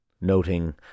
noting